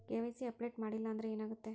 KYC update ಮಾಡಿಲ್ಲ ಅಂದ್ರೆ ಏನಾಗುತ್ತೆ?